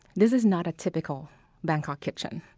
this is not a typical bangkok kitchen.